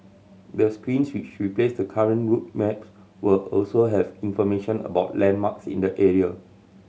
the screens which replace the current route maps will also have information about landmarks in the area